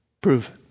Prove